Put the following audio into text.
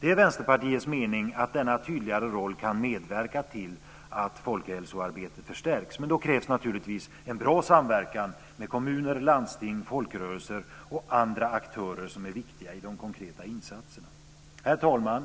Det är Vänsterpartiets mening att denna tydligare roll kan medverka till att folkhälsoarbetet förstärks, men då krävs naturligtvis en bra samverkan med kommuner, landsting, folkrörelser och andra aktörer som är viktiga i de konkreta insatserna. Herr talman!